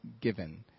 given